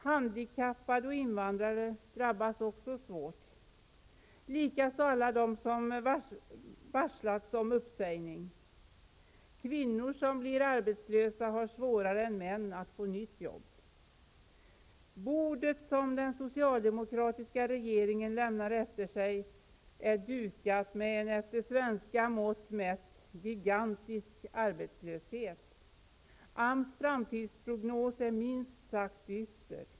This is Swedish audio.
Handikappade och invandrare drabbas också svårt, likaså alla de som varslats om uppsägning. Kvinnor som blir arbetslösa har svårare än män att få nytt jobb. Bordet som den socialdemokratiska regeringen lämnade efter sig är dukat med en efter svenska mått mätt gigantisk arbetslöshet. AMS framtidsprognos är minst sagt dyster.